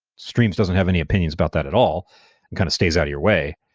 streams doesn't have any opinions about that at all. it kind of stays out of your way.